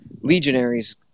legionaries